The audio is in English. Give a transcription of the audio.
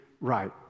right